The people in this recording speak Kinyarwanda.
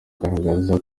agaragaza